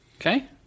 Okay